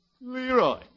Leroy